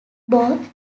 both